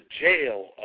Jail